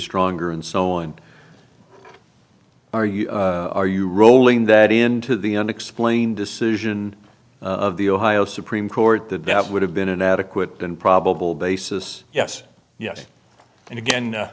stronger and so on and are you are you rolling that into the unexplained decision of the ohio supreme court that that would have been an adequate and probable basis yes yes and again a